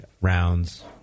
rounds